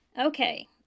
Okay